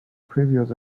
previous